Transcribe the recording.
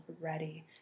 ready